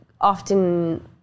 often